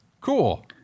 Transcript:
Cool